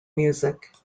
music